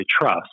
trust